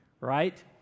right